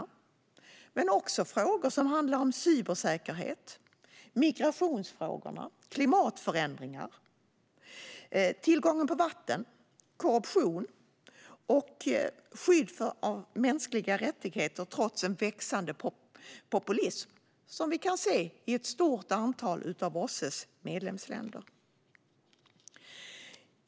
Inom OSSE har man också diskuterat frågor som handlar om cybersäkerhet, migration, klimatförändringar, tillgången på vatten, korruption samt skydd av mänskliga rättigheter trots en växande populism, som vi kan se i ett stort antal av OSSE:s medlemsländer.